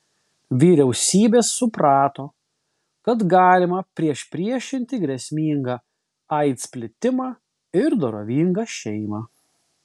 vyriausybės suprato kad galima priešpriešinti grėsmingą aids plitimą ir dorovingą šeimą